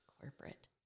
corporate